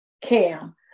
Cam